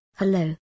Hello